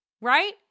right